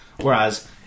whereas